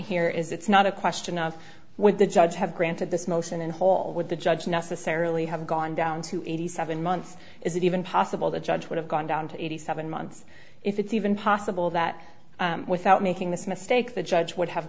is it's not a question of when the judge have granted this motion in whole with the judge necessarily have gone down to eighty seven months is that even possible the judge would have gone down to eighty seven months if it's even possible that without making this mistake the judge would have